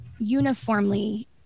uniformly